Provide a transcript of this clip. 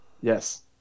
Yes